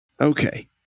Okay